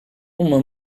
uma